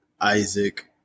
Isaac